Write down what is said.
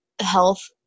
health